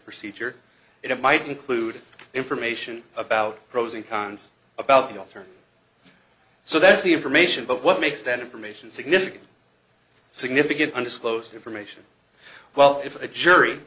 procedure it might include information about pros and cons about the author so that's the information but what makes that information significant significant undisclosed information well if a jury